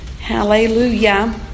Hallelujah